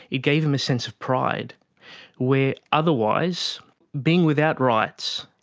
it gave him a sense of pride where otherwise being without rights,